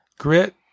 Grit